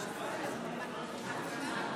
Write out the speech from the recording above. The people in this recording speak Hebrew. הצעת חוק מינהלת מילואים,